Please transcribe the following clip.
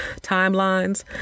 timelines